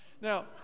now